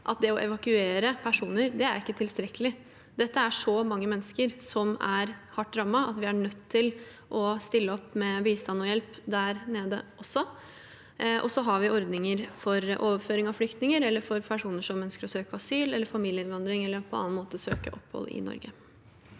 det å evakuere personer ikke er tilstrekkelig. Her er det så mange mennesker som er hardt rammet, at vi er nødt til å stille opp med bistand og hjelp også der nede, og så har vi ordninger for overføring av flyktninger eller for personer som ønsker å søke asyl eller familieinnvandring, eller på annen måte søke opphold i Norge.